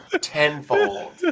tenfold